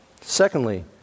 secondly